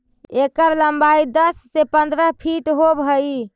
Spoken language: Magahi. एकर लंबाई दस से पंद्रह फीट होब हई